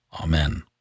Amen